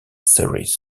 series